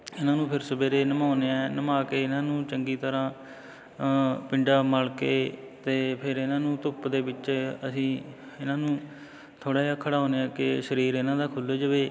ਇਹਨਾਂ ਨੂੰ ਫਿਰ ਸਵੇਰੇ ਨਹਾਉਂਦੇ ਹਾਂ ਨਹਾ ਕੇ ਇਹਨਾਂ ਨੂੰ ਚੰਗੀ ਤਰ੍ਹਾਂ ਪਿੰਡਾ ਮਲ ਕੇ ਅਤੇ ਫਿਰ ਇਹਨਾਂ ਨੂੰ ਧੁੱਪ ਦੇ ਵਿੱਚ ਅਸੀਂ ਇਹਨਾਂ ਨੂੰ ਥੋੜ੍ਹਾ ਜਿਹਾ ਖੜਾਉਂਦੇ ਹਾਂ ਕਿ ਸਰੀਰ ਇਹਨਾਂ ਦਾ ਖੁੱਲ੍ਹ ਜਾਵੇ